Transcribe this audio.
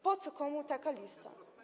Po co komu taka lista?